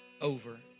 over